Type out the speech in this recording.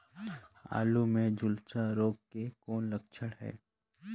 आलू मे झुलसा रोग के कौन लक्षण हे?